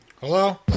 Hello